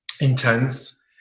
intense